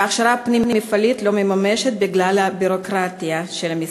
וההכשרה הפנים-מפעלית לא ממומשת בגלל הביורוקרטיה של המשרד.